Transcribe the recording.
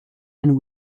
and